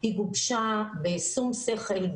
היא גובשה בשום שכל,